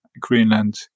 Greenland